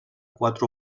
quatre